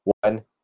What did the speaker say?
one